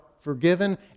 forgiven